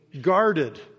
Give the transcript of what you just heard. guarded